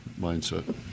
mindset